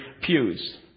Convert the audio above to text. pews